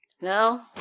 No